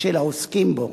של העוסקים בו.